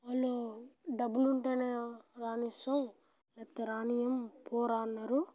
వాళ్ళు డబ్బులు ఉంటేనే రానిస్తాం లేకపోతే రానీయం పోరా అన్నారు